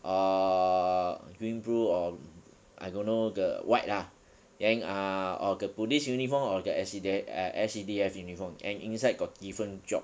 or green blue or I don't know the white lah then ah or the police uniform or the S_C_D_F err S_C_D_F uniform and inside got different job